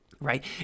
right